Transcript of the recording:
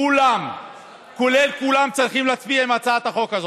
כולם כולל כולם, צריכים להצביע עם הצעת החוק הזאת.